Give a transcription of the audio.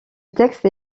texte